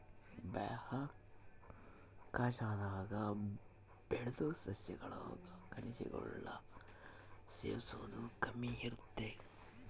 ಬಾಹ್ಯಾಕಾಶದಾಗ ಬೆಳುದ್ ಸಸ್ಯಗುಳಾಗ ಖನಿಜಗುಳ್ನ ಸೇವಿಸೋದು ಕಮ್ಮಿ ಇರ್ತತೆ